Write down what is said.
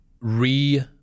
re-